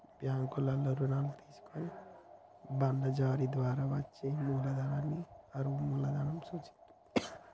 బ్యాంకుల్లో రుణాలు తీసుకొని బాండ్ల జారీ ద్వారా వచ్చే మూలధనాన్ని అరువు మూలధనం సూచిత్తది